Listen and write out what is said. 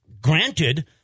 Granted